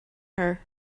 her